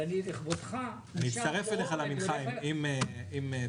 אבל אני לכבודך נשאר פה ואני הולך --- אצטרף אליך למנחה אם תישאר.